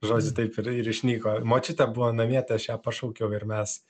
žodžiu taip ir ir išnyko močiutė buvo namie tai aš ją pašaukiau ir mes